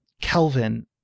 kelvin